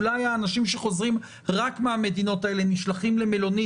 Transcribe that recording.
אולי האנשים שחוזרים רק מהמדינות האלה נשלחים למלונית,